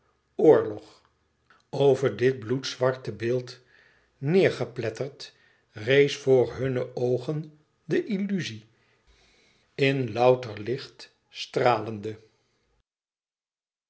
oorlog over dit bloedzwarte beeld neêrgepletterd rees voor hunne oogen de illuzie in louter licht stralende